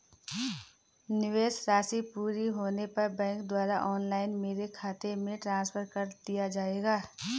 निवेश राशि पूरी होने पर बैंक द्वारा ऑनलाइन मेरे खाते में ट्रांसफर कर दिया जाएगा?